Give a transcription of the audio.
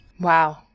Wow